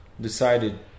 decided